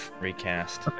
recast